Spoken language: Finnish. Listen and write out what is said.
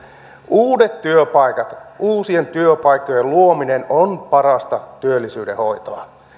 uudet työpaikat uusien työpaikkojen luominen on parasta työllisyyden hoitoa